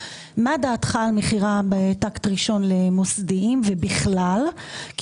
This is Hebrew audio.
מה דעתך על מכירה בטקט ראשון למוסדיים ובכלל כי